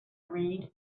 read